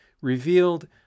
revealed